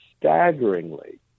staggeringly